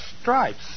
stripes